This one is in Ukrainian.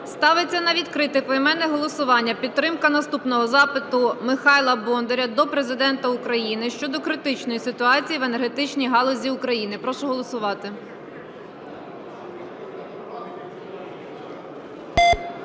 Ставиться на відкрите поіменне голосування підтримка наступного запиту Михайла Бондаря до Президента України щодо критичної ситуації в енергетичній галузі України. Прошу голосувати.